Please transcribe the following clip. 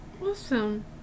Awesome